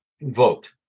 vote